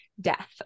death